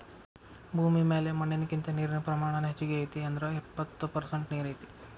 ಭೂಮಿ ಮ್ಯಾಲ ಮಣ್ಣಿನಕಿಂತ ನೇರಿನ ಪ್ರಮಾಣಾನ ಹೆಚಗಿ ಐತಿ ಅಂದ್ರ ಎಪ್ಪತ್ತ ಪರಸೆಂಟ ನೇರ ಐತಿ